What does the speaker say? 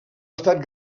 estat